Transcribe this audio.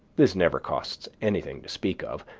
this never costs anything to speak of,